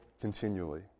continually